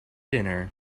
dinner